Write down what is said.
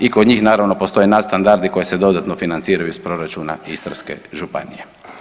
I kod njih, naravno, postoje nadstandardi koji se dodatno financiraju iz proračuna Istarske županije.